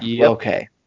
Okay